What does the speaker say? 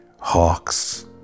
Hawks